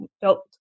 felt